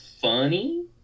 funny